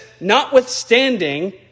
notwithstanding